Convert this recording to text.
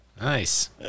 Nice